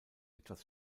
etwas